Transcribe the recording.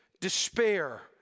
despair